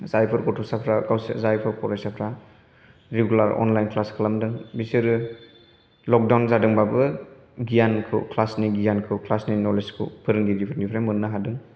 जायफोर गथ'साफ्रा जायफोर फरायसाफ्रा रेगुलार क्लास खालामदों बिसोरो लकदाउन जादोंबाबो गियानखौ क्लासनि गियानखौ क्लासनि नलेजखौ फोरोंगिरिफोरनिफ्राय मोननो हादों